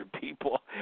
people